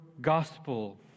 gospel